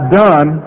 done